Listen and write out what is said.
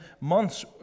months